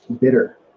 bitter